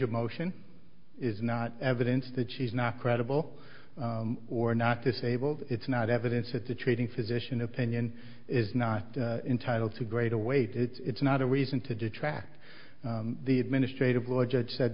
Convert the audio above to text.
of motion is not evidence that she's not credible or not this able it's not evidence that the treating physician opinion is not entitled to greater weight it's not a reason to detract the administrative law judge said